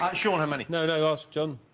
i sure and how many no, no ask john